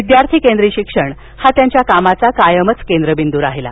विद्यार्थीकेंद्री शिक्षण हा त्यांच्या कामाचा कायमच केंद्रबिंदू राहिला